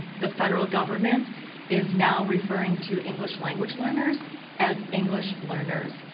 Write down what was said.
the federal government is now referring to english language learners as english learners.